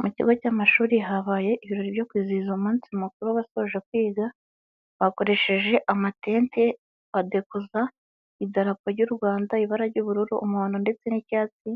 Mu kigo cy'amashuri habaye ibirori byo kwizihiza umunsi mukuru w'abasoje kwiga. Bakoresheje amatente, badekoza idarapo ry'u Rwanda, ibara ry'ubururu, umuhondo ndetse n'icyatsi,